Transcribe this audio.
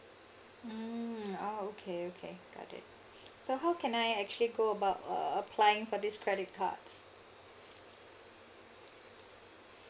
mm ah okay okay got it so how can I actually go about uh applying for this credit cards